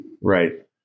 right